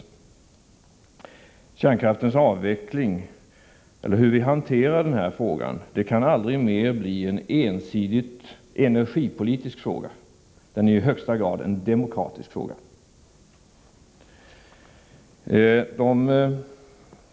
Frågan om kärnkraftens avveckling, eller det sätt på vilket vi hanterar den frågan, kan aldrig mera bli en ensidigt energipolitisk fråga. Det är i högsta grad en demokratisk fråga.